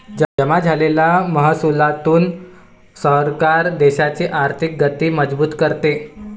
जमा झालेल्या महसुलातून सरकार देशाची आर्थिक गती मजबूत करते